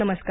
नमस्कार